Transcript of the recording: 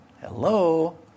Hello